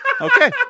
Okay